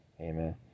amen